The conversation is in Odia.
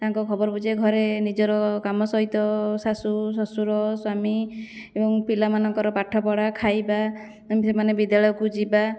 ତାଙ୍କ ଖବର ବୁଝେ ଘରେ ନିଜର କାମ ସହିତ ଶାଶୁ ଶଶୁର ସ୍ୱାମୀ ଏବଂ ପିଲାମାନଙ୍କର ପାଠ ପଢ଼ା ଖାଇବା କେମିତି ସେମାନେ ବିଦ୍ୟାଳୟକୁ ଯିବା